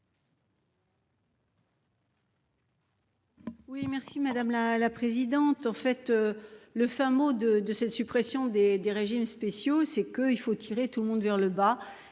Oui merci madame la présidente, en fait. Le fin mot de de cette suppression des des régimes spéciaux. C'est que il faut tirer tout le monde vers le bas